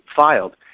filed